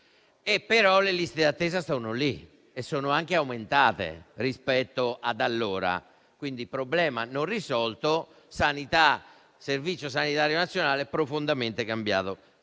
Le liste d'attesa, però, sono lì e sono anche aumentate rispetto ad allora, quindi il problema non è risolto, eppure il Servizio sanitario nazionale è profondamente cambiato.